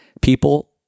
people